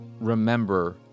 remember